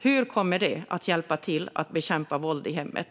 Hur kommer det att hjälpa till att bekämpa våld i hemmet?